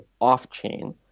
off-chain